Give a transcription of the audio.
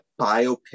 biopic